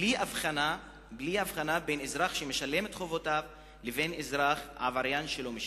בלי הבחנה בין אזרח שמשלם את חובותיו לבין אזרח עבריין שלא משלם.